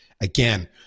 Again